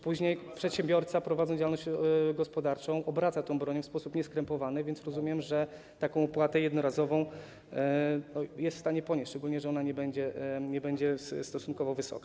Później przedsiębiorca prowadząc działalność gospodarczą, obraca tą bronią w sposób nieskrępowany, więc rozumiem, że taką opłatę jednorazową jest w stanie ponieść, szczególnie że ona nie będzie stosunkowo wysoka.